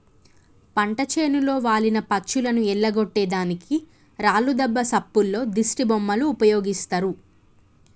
పంట చేనులో వాలిన పచ్చులను ఎల్లగొట్టే దానికి రాళ్లు దెబ్బ సప్పుల్లో దిష్టిబొమ్మలు ఉపయోగిస్తారు